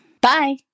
Bye